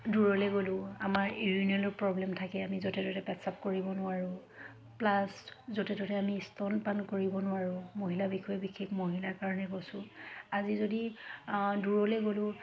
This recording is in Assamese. দূৰলৈ গ'লোঁ আমাৰ ইউৰিনেলৰ প্ৰব্লেম থাকে আমি য'তে ত'তে পেচাপ কৰিব নোৱাৰোঁ প্লাছ য'তে ত'তে আমি স্তন পান কৰিব নোৱাৰোঁ মহিলা বিষয়ে বিশেষ মহিলাৰ কাৰণে কৈছোঁ আজি যদি দূৰলৈ গ'লোঁ